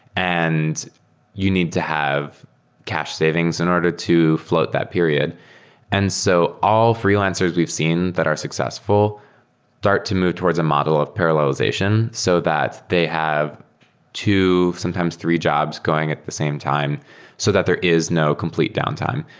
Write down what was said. and you need to have cash savings in order to float that period and so all freelancers we've seen that are successful start to move towards a model of parallelization so that they have sometimes three jobs going at the same time so that there is no complete downtime.